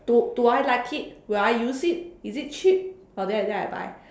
do do I like it will I use it is it cheap oh then I then I buy